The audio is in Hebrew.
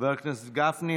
חבר הכנסת גפני,